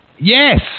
Yes